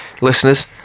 listeners